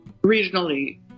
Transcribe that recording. regionally